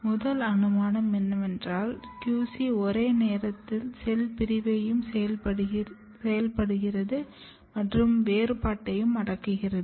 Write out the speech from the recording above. முதல் அனுமானம் என்னவென்றால் QC ஒரே நேரத்தில் செல் பிரிவையும் செயல்படுகிறது மற்றும் வேறுபாட்டை அடக்குகிறது